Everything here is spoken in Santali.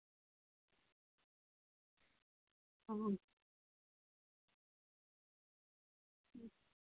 ᱚ